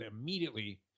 immediately –